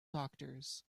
doctors